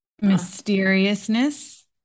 mysteriousness